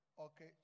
okay